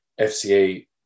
FCA